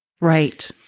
Right